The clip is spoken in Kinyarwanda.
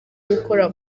gukora